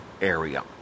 area